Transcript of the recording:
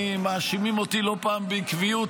מאשימים אותי לא פעם בעקביות,